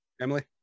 Emily